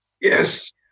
yes